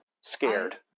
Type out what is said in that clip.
Scared